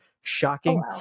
shocking